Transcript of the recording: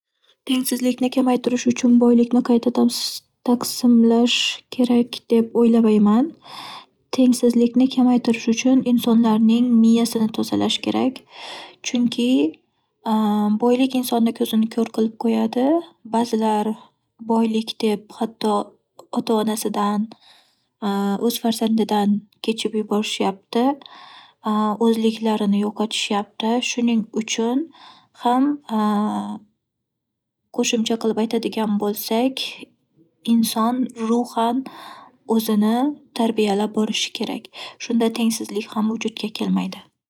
Tengsizlikni kamaytirish uchun boylikni qayta taq- taqsimlash kerak deb o'ylamayman. Tengsizlikni kamaytirish uchun insonlarning miyasini tozalash kerak. Chunki boylik insonni ko'zini ko'r qilib qo'yadi. Ba'zilar boylik deb hatto ota- onasidan, o'z farzandidan kechib yuborishyapti. O'zliklarini yo'qotishyapti. Shuning uchun ham, qo'shimcha qilib aytadigan bo'lsak, inson ruhan o'zini tarbiyalab borishi kerak. Shunda tengsizlik ham vujudga kelmaydi.